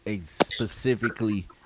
specifically